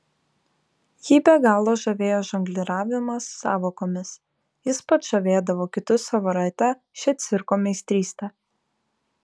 jį be galo žavėjo žongliravimas sąvokomis jis pats žavėdavo kitus savo rate šia cirko meistryste